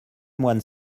moines